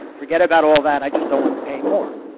forget about all that, i just don't want to pay more,